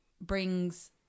brings